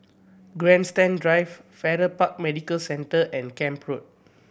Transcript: Grandstand Drive Farrer Park Medical Centre and Camp Road